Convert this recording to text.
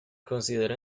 consideró